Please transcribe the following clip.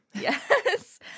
yes